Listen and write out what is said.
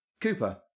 Cooper